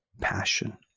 passion